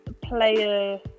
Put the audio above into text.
player